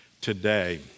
today